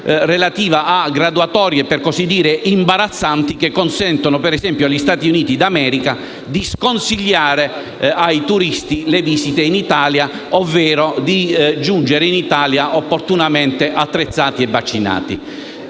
relativa a graduatorie, per così dire, imbarazzanti che consentono, per esempio, agli Stati Uniti d'America di sconsigliare ai turisti le visite in Italia, ovvero di giungere nel nostro Paese opportunamente attrezzati e vaccinati.